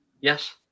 Yes